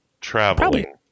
traveling